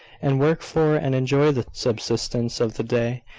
and work for and enjoy the subsistence of the day,